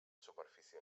superfície